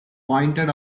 pointed